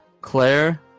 Claire